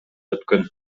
өткөн